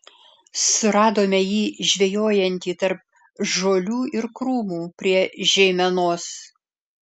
suradome jį žvejojantį tarp žolių ir krūmų prie žeimenos